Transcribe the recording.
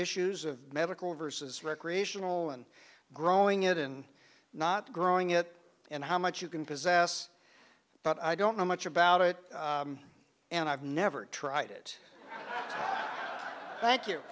issues of medical versus recreational and growing it and not growing it and how much you can possess but i don't know much about it and i've never tried it thank you